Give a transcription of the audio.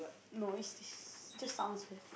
no it's this just sounds weird